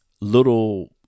little